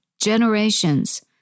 generations